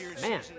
Man